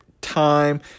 time